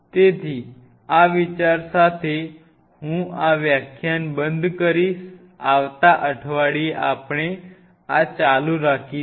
તેથી આ વિચાર સાથે હું આ વ્યાખ્યાન બંધ કરીશ આવતા અઠવાડિયે આપણે આ ચાલુ રાખીશું